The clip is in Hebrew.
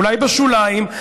אולי בשוליים,